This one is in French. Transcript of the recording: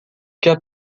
cas